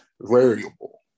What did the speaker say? variable